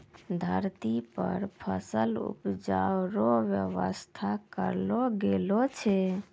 धरती पर फसल उपजाय रो व्यवस्था करलो गेलो छै